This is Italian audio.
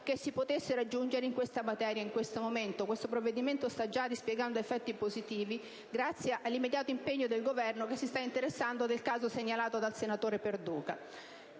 che si potesse raggiungere sulla materia in questo momento. Questo provvedimento sta già dispiegando effetti positivi grazie all'immediato impegno del Governo, che si sta interessando del caso segnalato dal senatore Perduca.